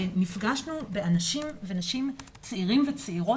פגשנו באנשים ונשים צעירים וצעירות,